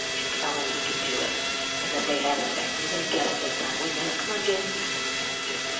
and tell him he could do it and that they had his back. you're going to get it this time, we know it. come on, james. my son's name is james.